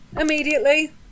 immediately